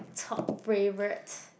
top favorite